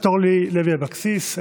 אורלי לוי אבקסיס,